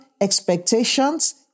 expectations